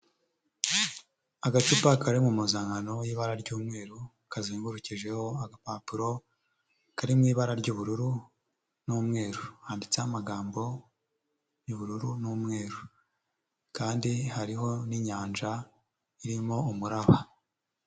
Agacupa kari mu mpuzankano y'ibara ry'umweru kazengurukijeho agapapuro kari mu ibara ry'ubururu n'umweru, handitseho amagambo y'ubururu n'umweru kandi hariho n'inyanja irimo umuraba.